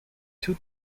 two